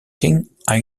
kings